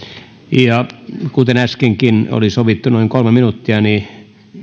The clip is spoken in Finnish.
kuten äskenkin oli sovittu noin kolme minuuttia niin